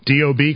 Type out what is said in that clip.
DOB